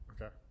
Okay